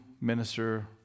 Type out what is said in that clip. minister